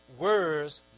words